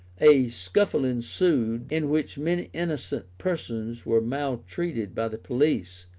a scuffle ensued in which many innocent persons were maltreated by the police,